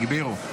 הגבירו.